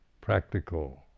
practical